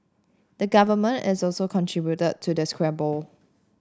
the government is also contributed to the squabble